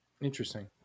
Interesting